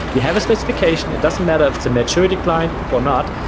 we have a specification. it doesn't matter if it's a maturity client or not,